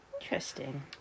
Interesting